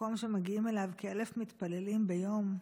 מקום שמגיעים אליו כ-1,000 מתפללים ביום,